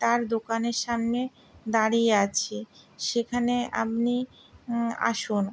তার দোকানের সামনে দাঁড়িয়ে আছি সেখানে আপনি আসুন